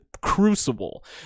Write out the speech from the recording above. crucible